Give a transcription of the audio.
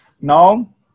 now